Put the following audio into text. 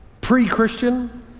pre-Christian